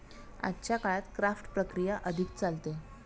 आजच्या काळात क्राफ्ट प्रक्रिया अधिक चालते